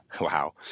wow